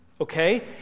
Okay